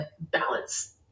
balance